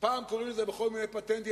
פעם קוראים לזה בכל מיני פטנטים,